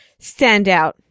standout